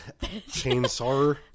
Chainsaw